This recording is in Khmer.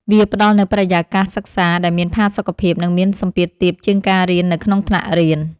វាផ្ដល់នូវបរិយាកាសសិក្សាដែលមានផាសុកភាព និងមានសម្ពាធទាបជាងការរៀននៅក្នុងថ្នាក់រៀន។